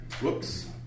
whoops